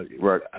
Right